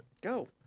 Go